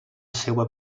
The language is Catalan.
seua